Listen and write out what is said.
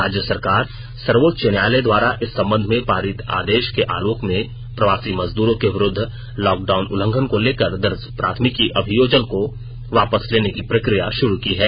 राज्य सरकार सर्वोच्च न्यायालय द्वारा इस संबंध में पारित आदेश के आलोक में प्रवासी मजदूरो के विरुद्ध लॉकडाउन उल्लंघन को लेकर दर्ज प्राथमिकी अभियोजन को वापस लेने की प्रक्रिया शुरू की है